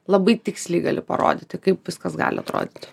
labai tiksliai gali parodyti kaip viskas gali atrodyti